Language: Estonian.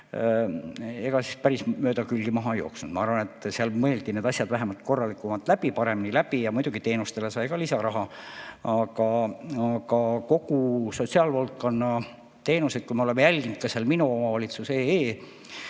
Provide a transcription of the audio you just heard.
Ega see päris mööda külgi maha ei jooksnud. Ma arvan, et seal mõeldi need asjad vähemalt korralikumalt ja paremini läbi, muidugi teenustele sai ka lisaraha. Kogu sotsiaalvaldkonna teenused, kui me oleme jälginud ka seda minuomavalitsus.ee